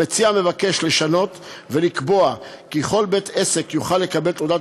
המציע מבקש לשנות ולקבוע כי כל בית-עסק יוכל לקבל תעודת